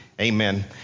Amen